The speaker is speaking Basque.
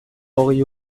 hogei